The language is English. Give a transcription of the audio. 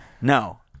No